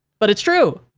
but it's true.